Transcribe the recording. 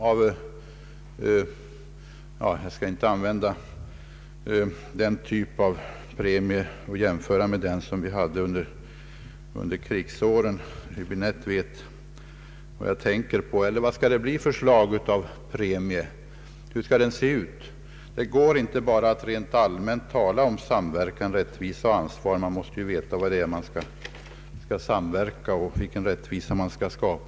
Jag skall kanske inte jämföra med den typ av premie som vi hade under krigsåren — herr Häöbinette vet vad jag tänker på. Hur skall ersättningen se ut? Det går inte att bara rent allmänt tala om samverkan, rättvisa och ansvar. Man måste veta vad man skall samverka om och vilken rättvisa man skall skapa.